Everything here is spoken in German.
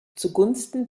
zugunsten